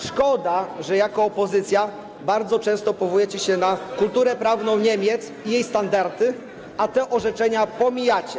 Szkoda, że jako opozycja bardzo często powołujecie się na kulturę prawną Niemiec i jej standardy, a te orzeczenia pomijacie.